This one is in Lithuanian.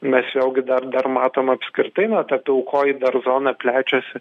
mes vėlgi dar dar matom apskritai na ta pilkoji dar zona plečiasi